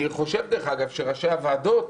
אני חושב שראשי הוועדות